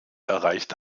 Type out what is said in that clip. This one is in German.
erreicht